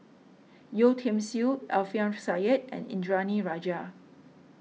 Yeo Tiam Siew Alfian Sa'At and Indranee Rajah